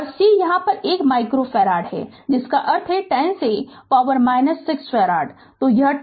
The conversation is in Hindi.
और c यहां 1 माइक्रो फैराड है जिसका अर्थ है 10 से पावर 6 फैराड